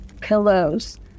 Pillows